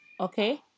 okay